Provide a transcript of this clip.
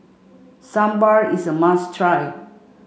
Sambar is a must try